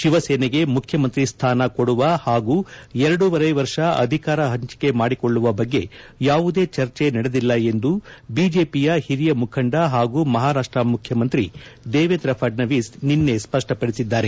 ಶಿವಸೇನೆಗೆ ಮುಖ್ಯಮಂತ್ರಿ ಸ್ಥಾನ ಕೊಡುವ ಹಾಗೂ ಎರಡೂವರೆ ವರ್ಷ ಅಧಿಕಾರ ಹಂಚಿಕೆ ಮಾಡಿಕೊಳ್ಳುವ ಬಗ್ಗೆ ಯಾವುದೇ ಚರ್ಚೆ ನಡೆದಿಲ್ಲ ಎಂದು ಬಿಜೆಪಿ ಹಿರಿಯ ಮುಖಂಡ ಹಾಗೂ ಮಹಾರಾಷ್ಟ್ರ ಮುಖ್ಯಮಂತ್ರಿ ದೇವೇಂದ್ರ ಫಡ್ತವೀಸ್ ನಿನ್ನೆ ಸ್ಪ ಡ್ವಪಡಿಸಿದ್ದಾರೆ